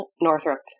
Northrop